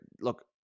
Look